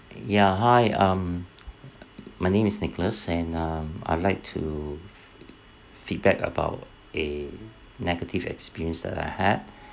ya hi um my name is nicholas and um I'll like to fe~ feedback about a negative experience that I had